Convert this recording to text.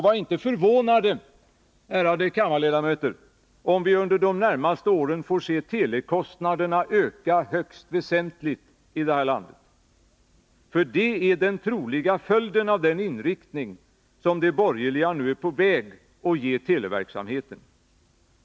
Var inte förvånade, ärade kammarledamöter, om vi under de närmaste åren få se telekostnaderna öka högst väsentligt i det här landet, för det är den troliga följden av den inriktning som de borgerliga nu är på väg att ge televerksamheten.